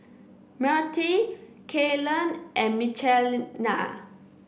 Myrtie Kaylen and Michelina